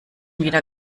wieder